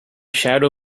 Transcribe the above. shadow